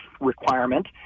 requirement